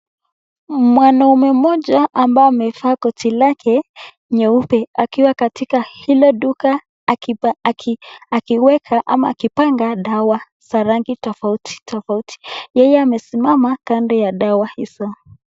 Mwanaume mmoja ambaye amevaa koti lake nyeupe akiwa katika ile duka akiweka ama akipanga dawa za rangi tofauti tofauti. Pia amesimama kando ya dawa hizo.